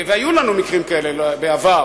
והיו לנו מקרים כאלה בעבר.